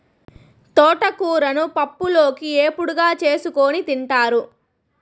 తోటకూరను పప్పులోకి, ఏపుడుగా చేసుకోని తింటారు